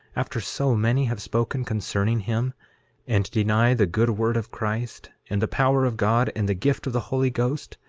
after so many have spoken concerning him and deny the good word of christ, and the power of god, and the gift of the holy ghost,